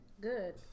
Good